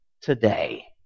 today